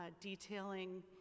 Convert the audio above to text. detailing